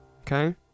okay